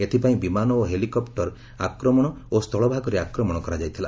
ଏଥିପାଇଁ ବିମାନ ଓ ହେଲିକପ୍ଟର ଆକ୍ରମଣ ଓ ସ୍ଥଳଭାଗରେ ଆକ୍ରମଣ କରାଯାଇଥିଲା